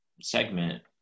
segment